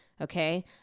Okay